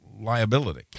liability